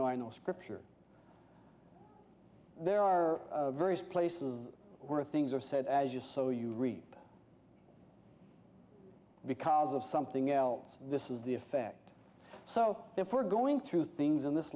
know i know scripture there are various places where things are said as you so you read because of something else this is the effect so therefore going through things in this